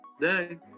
day